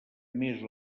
més